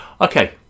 Okay